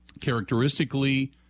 characteristically